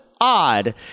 odd